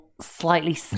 slightly